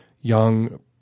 young